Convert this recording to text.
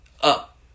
up